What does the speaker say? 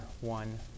one